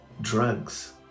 drugs